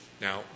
Now